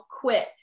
quit